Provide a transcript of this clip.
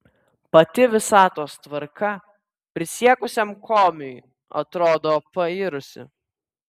pati visatos tvarka prisiekusiam komiui atrodo pairusi